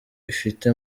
ifite